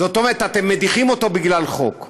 זאת אומרת אתם מדיחים אותו בגלל חוק.